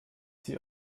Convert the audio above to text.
sie